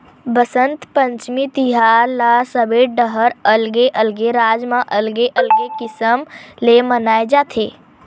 बसंत पंचमी तिहार ल सबे डहर अलगे अलगे राज म अलगे अलगे किसम ले मनाए जाथे